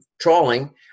trawling